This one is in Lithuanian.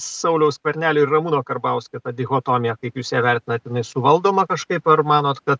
sauliaus skvernelio ir ramūno karbauskio dichotomija kaip jūs ją vertinat jinai suvaldoma kažkaip ar manot kad